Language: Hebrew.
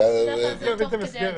בדרך כלל זה תוך כדי הדיון.